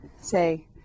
say